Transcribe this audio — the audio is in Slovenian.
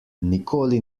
nikoli